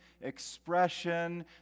expression